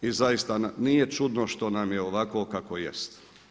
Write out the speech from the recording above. I zaista nije čudno što nam je ovako kako jest.